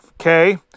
okay